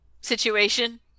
situation